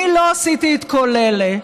אני לא עשיתי את כל אלה.